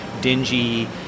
dingy